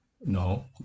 no